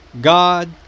God